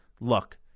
look